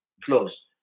close